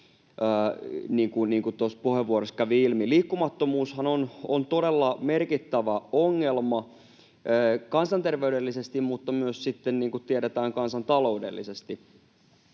tuossa puheenvuorossa kävi ilmi. Liikkumattomuushan on todella merkittävä ongelma kansanterveydellisesti mutta myös, niin kuin tiedetään, kansantaloudellisesti.